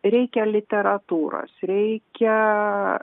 reikia literatūros reikia